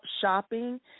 shopping